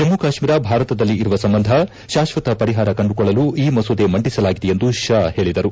ಜಮ್ನು ಕಾಶ್ನೀರ ಭಾರತದಲ್ಲಿ ಇರುವ ಸಂಬಂಧ ಶಾಕ್ವತ ಪರಿಹಾರ ಕಂಡುಕೊಳ್ಳಲು ಈ ಮಸೂದೆ ಮಂಡಿಸಲಾಗಿದೆ ಎಂದು ಷಾ ಹೇಳಿದರು